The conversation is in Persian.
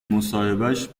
مصاحبهش